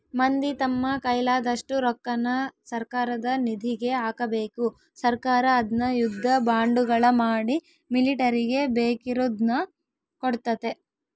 ಮಂದಿ ತಮ್ಮ ಕೈಲಾದಷ್ಟು ರೊಕ್ಕನ ಸರ್ಕಾರದ ನಿಧಿಗೆ ಹಾಕಬೇಕು ಸರ್ಕಾರ ಅದ್ನ ಯುದ್ಧ ಬಾಂಡುಗಳ ಮಾಡಿ ಮಿಲಿಟರಿಗೆ ಬೇಕಿರುದ್ನ ಕೊಡ್ತತೆ